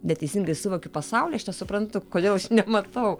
neteisingai suvokiu pasaulį aš nesuprantu kodėl aš nematau